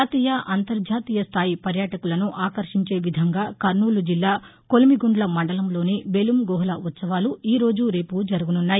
జాతీయ అంతర్జాతీయ స్థాయి పర్యాటకులను ఆకర్షించే విధంగా కర్నూలు జిల్లా కొలిమిగుంద్ల మండలంలోని బెలుం గుహల ఉత్సవాలు ఈరోజు రేపు జరుగుతున్నాయి